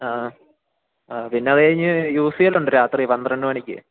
ആ അ പിന്നെ അതു കഴിഞ്ഞ് യു സി എൽ ഉണ്ട് രാത്രി പന്ത്രണ്ടു മണിക്ക്